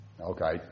Okay